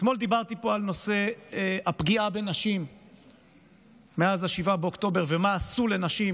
אתמול דיברתי פה על נושא הפגיעה בנשים מאז 7 באוקטובר ומה עשו לנשים,